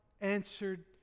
answered